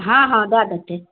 हँ हँ दऽ देतै